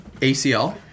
ACL